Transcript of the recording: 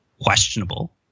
questionable